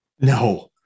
No